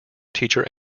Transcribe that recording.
teacher